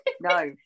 no